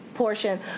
portion